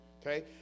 okay